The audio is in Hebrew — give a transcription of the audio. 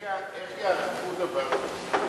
איך יאכפו דבר כזה?